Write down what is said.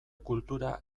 kultura